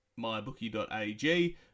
mybookie.ag